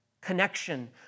connection